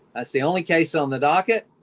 that's the only case on the docket,